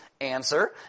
answer